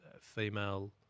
female